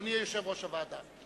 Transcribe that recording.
אדוני יושב-ראש הוועדה,